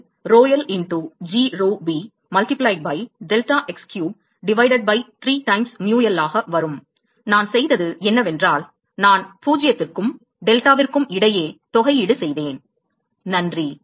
எனவே அது rho l பெருக்கல் g rho v பெருக்கல் deltax cube வகுத்தல் 3 times mu l rho l into g rho v multiplied by deltax cube divided by 3 times mu l ஆக வரும் நான் செய்தது என்னவென்றால் நான் பூஜ்ஜியதிற்கும் டெல்டா விற்கும் இடையே தொகையீடு செய்தேன்